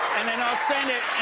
will send it,